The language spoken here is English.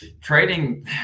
trading